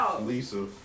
Lisa